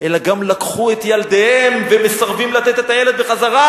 אלא גם לקחו את ילדיהם ומסרבים לתת את הילד בחזרה.